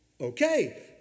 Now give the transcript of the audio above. okay